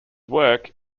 work